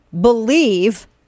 believe